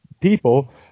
people